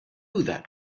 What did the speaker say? that